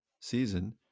season